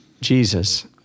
Jesus